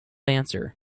answer